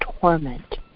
torment